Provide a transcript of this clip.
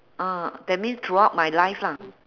uh that means throughout my life lah